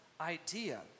idea